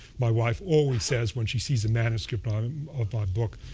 my wife always says when she sees a manuscript um um of my book,